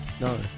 No